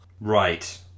Right